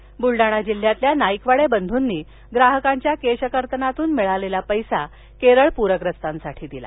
ब्र्लडाणा जिल्ह्यातल्या नाईकवाडे बंधूंनी ग्राहकांच्या केश कर्तनातून मिळालेला पैसा केरळ प्रग्रस्तांसाठी दिला